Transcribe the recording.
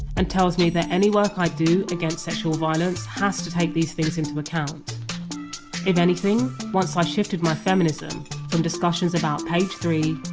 and tells me that any work i do against sexual violence has to take these things into account if anything, once i shifted my feminism from discussions about page three,